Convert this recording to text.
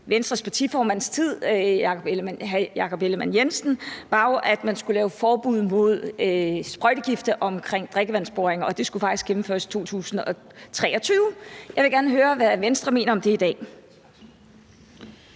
Venstres partiformand, hr. Jakob Ellemann-Jensens, tid var jo, at man skulle lave forbud mod sprøjtegifte omkring drikkevandsboringer, og det skulle faktisk gennemføres i 2023. Jeg vil gerne høre, hvad Venstre mener om det i dag.